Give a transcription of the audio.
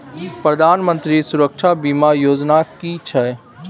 प्रधानमंत्री सुरक्षा बीमा योजना कि छिए?